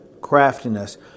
craftiness